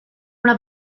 una